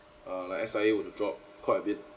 uh like S_I_A were to drop quite a bit